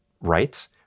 rights